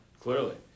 clearly